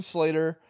Slater